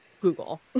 google